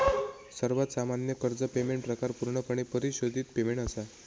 सर्वात सामान्य कर्ज पेमेंट प्रकार पूर्णपणे परिशोधित पेमेंट असा